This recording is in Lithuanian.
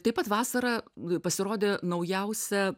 taip pat vasarą pasirodė naujausia